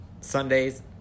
Sundays